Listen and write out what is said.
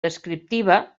descriptiva